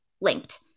linked